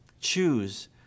choose